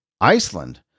Iceland